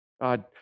God